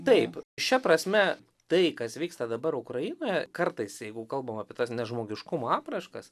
taip šia prasme tai kas vyksta dabar ukrainoje kartais jeigu kalbam apie tas nežmogiškumo apraiškas